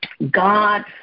God